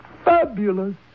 Fabulous